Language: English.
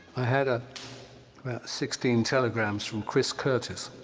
i had ah about sixteen telegrams from chris curtis,